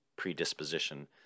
predisposition